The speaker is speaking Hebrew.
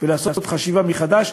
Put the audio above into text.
ולעשות חשיבה מחדש.